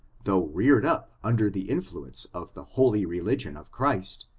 though reared up under the influence of the holy religion of christ,